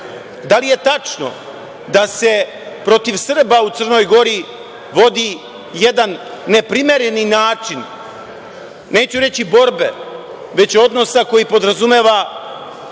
Da li je tačno da se protiv Srba u Crnoj Gori vodi jedan neprimereni način, neću reći borbe, već odnosa koji podrazumeva,